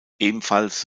ebenfalls